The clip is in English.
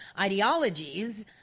ideologies